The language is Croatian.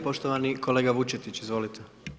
Poštovani kolega Vučetić, izvolite.